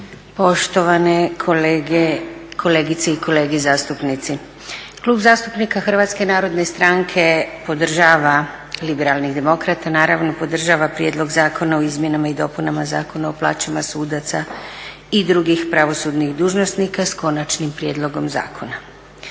poštovane kolegice i kolege zastupnici. Klub zastupnika Hrvatske narodne stranke podržava, liberalnih demokrata naravno, podržava Prijedlog zakona o izmjenama i dopunama Zakona o plaćama sudaca i drugih pravosudnih dužnosnika s konačnim prijedlogom zakona.